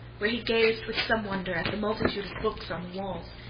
where he gazed with some wonder at the multitude of books on the walls,